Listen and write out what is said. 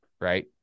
Right